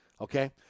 okay